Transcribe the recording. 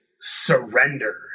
surrender